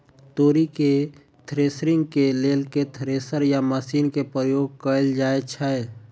तोरी केँ थ्रेसरिंग केँ लेल केँ थ्रेसर या मशीन केँ प्रयोग कैल जाएँ छैय?